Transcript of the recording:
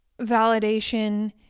validation